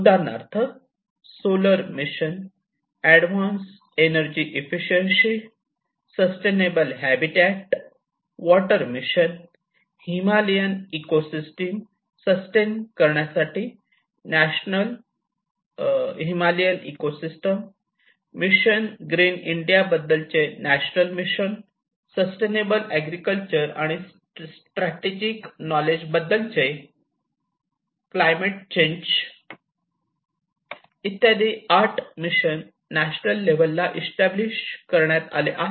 उदाहरणार्थ solar mission advance energy efficiency sustainable habitat water mission Himalayan eco system sustain करण्यासाठी national mission green India बद्दलचे national mission sustainable agriculture आणि strategic knowledge बद्दलचे climate change इत्यादी आठ mission national level ला establish करण्यात आले आहे